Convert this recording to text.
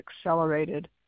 accelerated